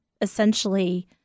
essentially